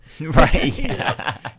Right